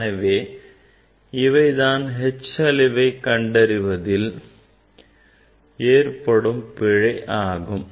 எனவே இவை தான் h அளவை கண்டறிவதில் ஏற்படும் பிழை ஆகும்